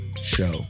Show